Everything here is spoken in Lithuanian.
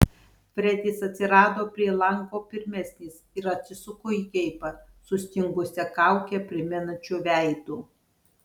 fredis atsirado prie lango pirmesnis ir atsisuko į geibą sustingusią kaukę primenančiu veidu